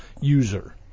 user